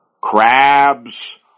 crabs